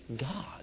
God